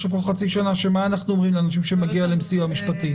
יש לנו פה חצי שנה שמה אנחנו אומרים לאנשים שמגיע להם סיוע משפטי?